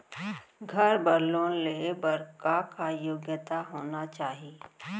घर बर लोन लेहे बर का का योग्यता होना चाही?